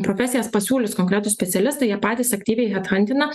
profesijas pasiūlys konkretų specialistą jie patys aktyviai hedhantina